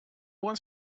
wants